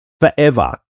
forever